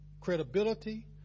credibility